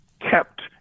kept